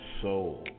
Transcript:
soul